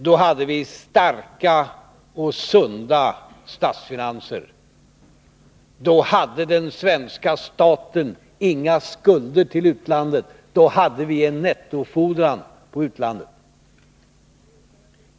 Då hade vi starka och sunda statsfinanser. Då hade den svenska staten ingen utlandsskuld. Vi hade tvärt om en nettofordran på utlandet.